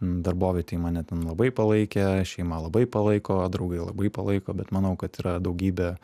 darbovietėj mane ten labai palaikė šeima labai palaiko draugai labai palaiko bet manau kad yra daugybė